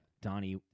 Donnie